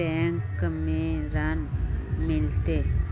Bank में ऋण मिलते?